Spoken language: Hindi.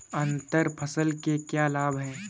अंतर फसल के क्या लाभ हैं?